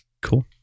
Cool